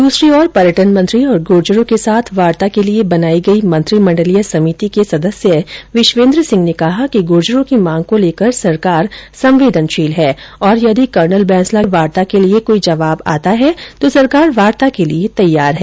दूसरी ओर पर्यटन मंत्री और गुर्जरों के साथ वार्ता के लिये बनाई गई मंत्रिमंडलीय समिति के सदस्य विष्पेंद्र सिंह ने कहा कि गुर्जरों की मांग को लेकर सरकार संवेदनषील है और यदि कर्नल बैंसला की ओर से वार्ता के लिए कोई जवाब आता है तो सरकार वार्ता के लिए तैयार है